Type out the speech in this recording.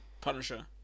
Punisher